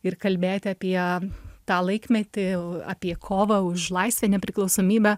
ir kalbėti apie tą laikmetį apie kovą už laisvę nepriklausomybę